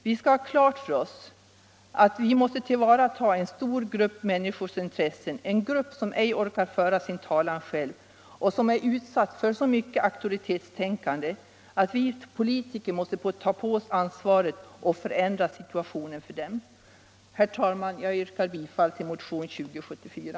Vi skall ha klart för oss att vi måste tillvarata en stor grupp människors intressen, en grupp som ej orkar föra sin talan själv och som är utsatt för mycket auktoritetstänkande, och att vi politiker måste ta ansvaret och förändra situationen för dem. Herr talman! Jag yrkar bifall till motionen 2074.